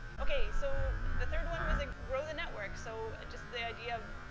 okay. so, the third one was ah grow the network. so, just the idea of,